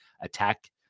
Attack